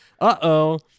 Uh-oh